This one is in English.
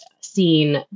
seen